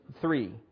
three